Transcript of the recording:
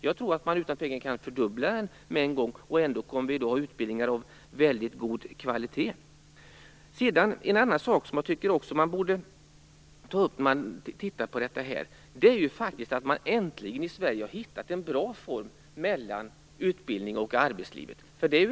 Jag tror att man utan tvekan kan fördubbla med en gång och ändå ha utbildningar av väldigt god kvalitet. En annan sak som jag också tycker att man borde ta upp när man tittar på det här, är att man nu faktiskt äntligen i Sverige har hittat en bra form mellan utbildning och arbetsliv.